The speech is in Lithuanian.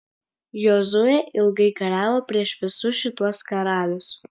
jozuė ilgai kariavo prieš visus šituos karalius